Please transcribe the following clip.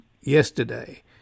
yesterday